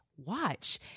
watch